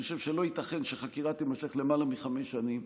אני חושב שלא ייתכן שחקירה תימשך למעלה מחמש שנים.